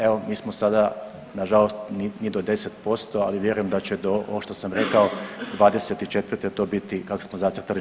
Evo mi smo sada na žalost ni do 10%, ali vjerujem da će do, ovo što sam rekao, 2024. to biti kako smo zacrtali 60%